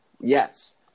Yes